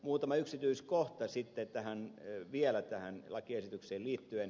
muutama yksityiskohta sitten vielä tähän lakiesitykseen liittyen